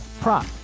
prop